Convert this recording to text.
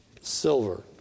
silver